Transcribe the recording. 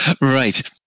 Right